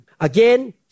Again